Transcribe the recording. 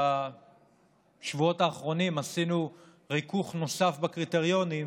בשבועות האחרונים עשינו ריכוך נוסף בקריטריונים